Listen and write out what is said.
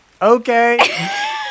Okay